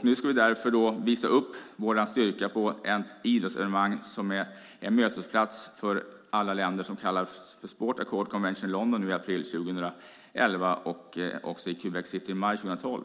Nu ska vi därför visa upp vår styrka på idrottsevenemanget Sport Accord Convention, en mötesplats för alla länder, i London i april 2011 och i Quebec i maj 2012.